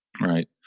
Right